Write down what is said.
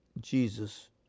Jesus